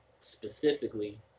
specifically